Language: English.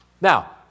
Now